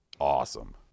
awesome